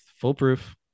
foolproof